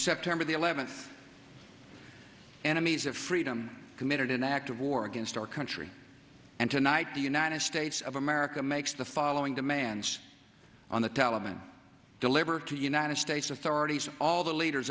september the eleventh enemies of freedom committed an act of war against our country and tonight the united states of america makes the following demands on the taliban delivered to united states authorities all the leaders